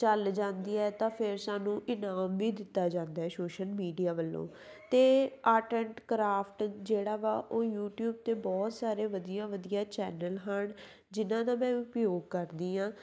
ਚੱਲ ਜਾਂਦੀ ਹੈ ਤਾਂ ਫਿਰ ਸਾਨੂੰ ਇਨਾਮ ਵੀ ਦਿੱਤਾ ਜਾਂਦਾ ਹੈ ਸ਼ੋਸ਼ਲ ਮੀਡੀਆ ਵੱਲੋਂ ਅਤੇ ਆਰਟ ਐਂਡ ਕਰਾਫਟ ਜਿਹੜਾ ਵਾ ਉਹ ਯੂਟਿਊਬ 'ਤੇ ਬਹੁਤ ਸਾਰੇ ਵਧੀਆ ਵਧੀਆ ਚੈਨਲ ਹਨ ਜਿਨਾਂ ਦਾ ਮੈਂ ਉਪਯੋਗ ਕਰਦੀ ਹਾਂ